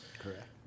Correct